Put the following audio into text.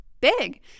big